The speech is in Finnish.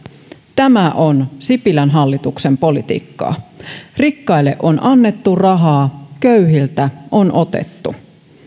tämä on sipilän hallituksen politiikkaa rikkaille on annettu rahaa köyhiltä on otettu